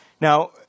Now